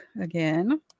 again